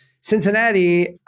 Cincinnati